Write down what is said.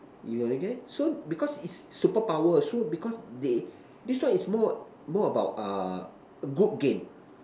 you you okay so because it's superpower so because they this one is more more about uh group game